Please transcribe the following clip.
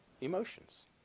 emotions